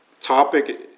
topic